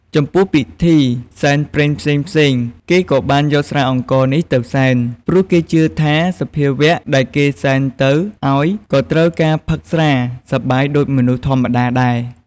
ចំពោះពិធី សែនព្រេនផ្សេងៗគេក៏បានយកស្រាអង្ករនេះទៅសែន ព្រោះគេជឿថាសភាវៈដែលគេសែនទៅឲ្យក៏ត្រូវការផឹកស្រាសប្បាយដូចមនុស្សធម្មតាដែរ។